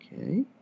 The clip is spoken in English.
Okay